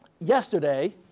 Yesterday